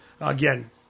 Again